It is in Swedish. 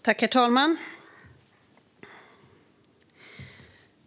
Herr talman!